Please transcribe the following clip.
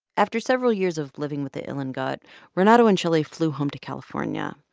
after several years of living with the ilongot, renato and shelly flew home to california.